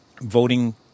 voting